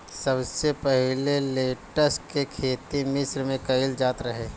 सबसे पहिले लेट्स के खेती मिश्र में कईल जात रहे